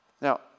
Now